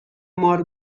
مار